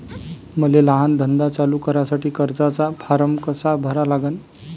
मले लहान धंदा चालू करासाठी कर्जाचा फारम कसा भरा लागन?